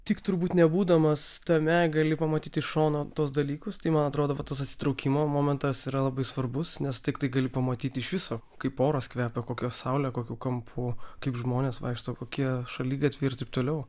tik turbūt nebūdamas tame gali pamatyti iš šono tuos dalykus tai man atrodo vat tas atsitraukimo momentas yra labai svarbus nes tiktai gali pamatyti iš viso kaip oras kvepia kokia saulė kokiu kampu kaip žmonės vaikšto kokie šaligatviai ir taip toliau